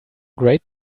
great